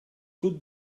could